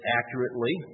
accurately